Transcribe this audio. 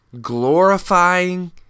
glorifying